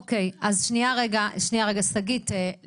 שגית,